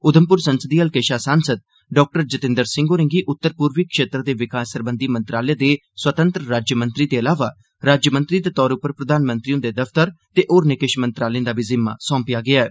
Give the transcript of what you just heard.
उघमपुर संसदीय हल्के शा सांसद डॉ जितेन्द्र सिंह होरें गी उत्तर पूर्वी क्षेत्र दे विकास सरबंधी मंत्रालय दे स्वतंत्र राज्यमंत्री दे अलावा राज्यमंत्री दे तौर उप्पर प्रधानमंत्री हुन्दे दफतर ते होरनें किश मंत्रालयें दा बी जिम्मा सौंपेआ गेआ ऐ